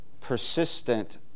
persistent